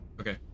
okay